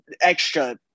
extra